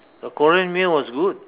the Korean meal was good